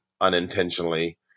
unintentionally